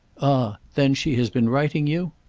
ah then she has been writing you?